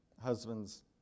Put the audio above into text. Husbands